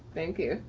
thank you.